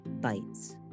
Bites